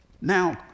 Now